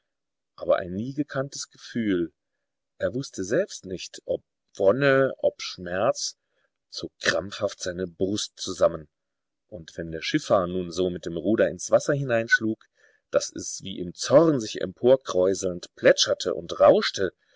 aber ein nie gekanntes gefühl er wußte selbst nicht ob wonne ob schmerz zog krampfhaft seine brust zusammen und wenn der schiffer nun so mit dem ruder ins wasser hineinschlug daß es wie im zorn sich emporkräuselnd plätscherte und rauschte